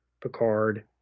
Picard